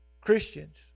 Christians